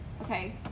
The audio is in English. Okay